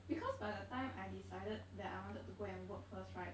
because by the time I decided that I wanted to go and work first right